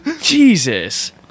Jesus